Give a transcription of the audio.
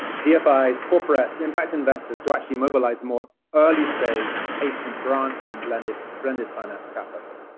dfis, corporates, impact investors, to actually mobilize more early stage patient grant and blended blended finance capital.